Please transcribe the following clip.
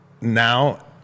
now